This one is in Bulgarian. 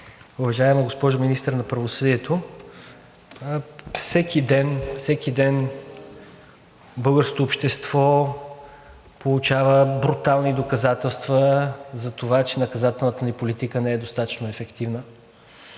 Уважаема госпожо Министър на правосъдието, всеки ден българското общество получава брутални доказателства за това, че наказателната ни политика не е достатъчно ефективна